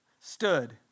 stood